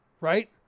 right